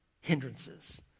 hindrances